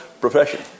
profession